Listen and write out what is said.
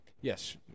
Yes